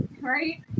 right